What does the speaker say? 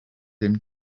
him